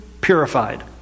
purified